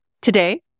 Today